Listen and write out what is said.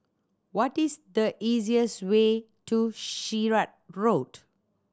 what is the easiest way to Sirat Road